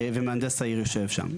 ומהנדס העיר יושב שם.